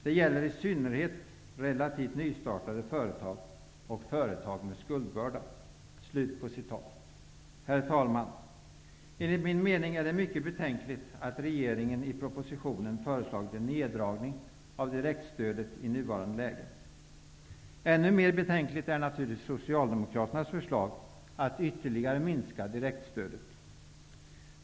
Det gäller i synnerhet relativt nyetablerade företag och företag med stor skuldbörda.'' Herr talman! Enligt min mening är det mycket betänkligt att regeringen i propositionen föreslagit en neddragning av direktstödet i nuvarande läge. Ännu mer betänkligt är naturligtvis Socialdemokraternas förslag att ytterligare minska direktstödet.